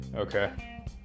okay